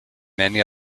many